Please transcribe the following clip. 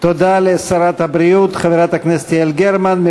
תודה לשרת הבריאות חברת הכנסת יעל גרמן.